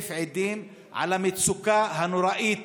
כאלף עדים על המצוקה הנוראית